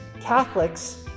Catholics